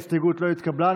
ההסתייגות לא התקבלה.